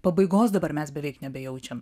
pabaigos dabar mes beveik nebejaučiam